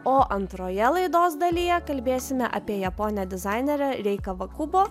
o antroje laidos dalyje kalbėsime apie japonę dizainerę rei kavakubo